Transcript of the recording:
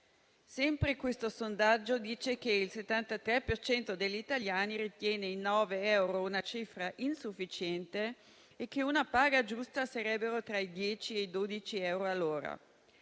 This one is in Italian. Sempre questo sondaggio dice che il 73 per cento degli italiani ritiene i 9 euro una cifra insufficiente e che una paga giusta sarebbe tra i 10 e i 12 euro l'ora.